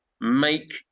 make